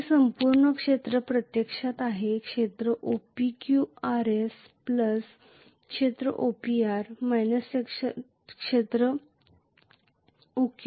हे संपूर्ण क्षेत्र प्रत्यक्षात आहे क्षेत्र OPQRS क्षेत्र OPR क्षेत्र OQS